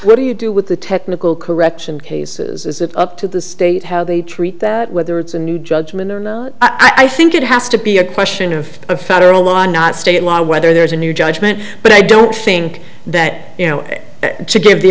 what do you do with the technical correction cases is it up to the state how they treat that whether it's a new judgment or not i think it has to be a question of a federal law not state law or whether there's a new judgment but i don't think that you know to give the